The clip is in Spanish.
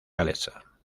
galesa